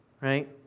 right